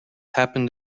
happened